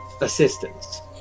assistance